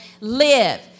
live